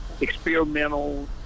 experimental